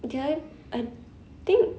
did I I think